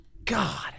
God